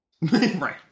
Right